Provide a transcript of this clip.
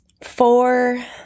four